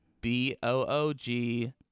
b-o-o-g